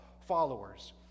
followers